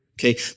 Okay